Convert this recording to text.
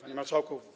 Panie Marszałku!